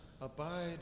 abide